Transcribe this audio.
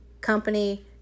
Company